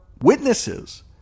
witnesses